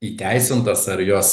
įteisintos ar jos